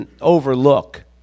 overlook